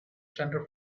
center